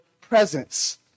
presence